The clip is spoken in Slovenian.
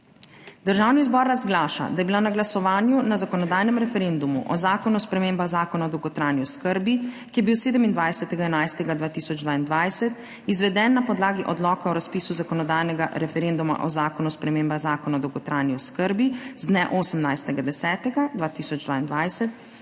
Državni zbor razglaša, da je bila na glasovanju na zakonodajnem referendumu o Zakonu o spremembah Zakona o dolgotrajni oskrbi, ki je bil 27. 11. 2022 izveden na podlagi Odloka o razpisu zakonodajnega referenduma o Zakonu o spremembah Zakona o dolgotrajni oskrbi z dne 18. 10. 2022,